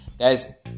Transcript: Guys